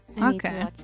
Okay